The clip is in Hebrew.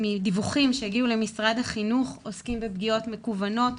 מדיווחים שהגיעו למשרד החינוך עוסקים בפגיעות מקוונות,